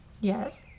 Yes